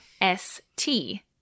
S-T